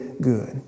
good